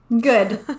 Good